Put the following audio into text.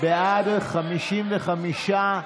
בעד, 55,